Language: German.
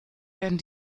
werden